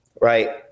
right